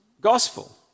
gospel